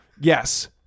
Yes